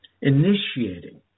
initiating